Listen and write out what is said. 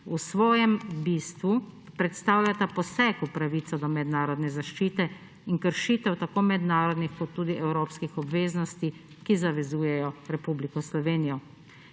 v svojem bistvu predstavljata poseg v pravico do mednarodne zaščite in kršitev tako mednarodnih kot tudi evropskih obveznosti, ki zavezujejo Republiko Slovenijo.